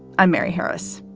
i'm mary harris.